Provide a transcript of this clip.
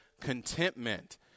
contentment